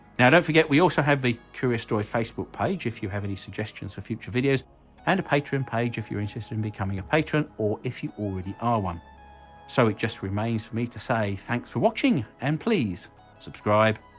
now don't forget we also have the curious droid facebook page if you have any suggestions for future videos and a patreon page if you're interested in becoming a patron or if you already are one so it just remains for me to say thanks for watching and please subscribe,